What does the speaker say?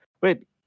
wait